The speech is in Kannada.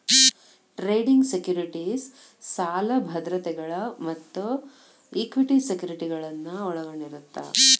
ಟ್ರೇಡಿಂಗ್ ಸೆಕ್ಯುರಿಟೇಸ್ ಸಾಲ ಭದ್ರತೆಗಳ ಮತ್ತ ಇಕ್ವಿಟಿ ಸೆಕ್ಯುರಿಟಿಗಳನ್ನ ಒಳಗೊಂಡಿರತ್ತ